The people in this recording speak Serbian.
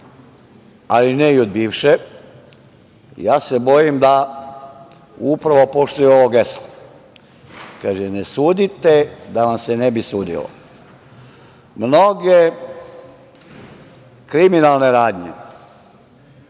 ali ne i od bivše, ja se bojim da upravo poštuju ovo geslo. Kaže – ne sudite, da vam se ne bi sudilo. Mnoge kriminalne radnje